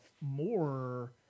more